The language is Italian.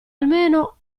almeno